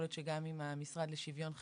יכול להיות שגם עם המשרד לשוויון חברתי,